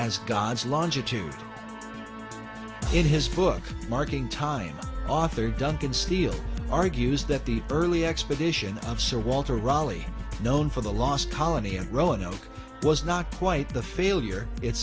as god's longitude in his book marking time author duncan steel argues that the early expedition of so walter raleigh known for the last colony in roanoke was not quite the failure it